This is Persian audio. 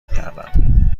کردم